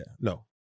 no